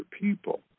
people